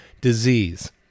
disease